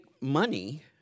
money